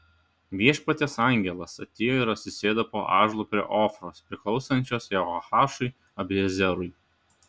viešpaties angelas atėjo ir atsisėdo po ąžuolu prie ofros priklausančios jehoašui abiezerui